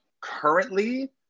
Currently